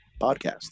podcast